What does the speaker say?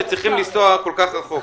שצריכים לנסוע כל כך רחוק.